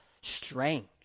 strange